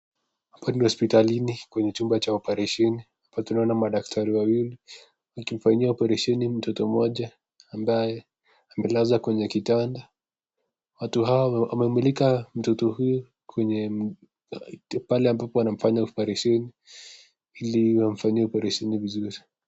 Hapa ni hospitalini kwenye chumba cha oparesheni. Hapa tunaona madaktari wawili wakimfanyia oparesheni mtoto mmoja ambaye amelazwa kwenye kitanda. Watu hao wamemulika mtoto huyu pale ambapo wanamfanya oparesheni ili wamfanyie oparesheni vizuri.